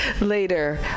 later